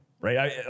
right